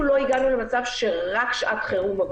אפילו לא הגענו למצב שרק שעת חירום עבדו.